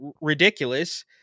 ridiculous